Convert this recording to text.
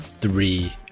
three